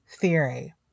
theory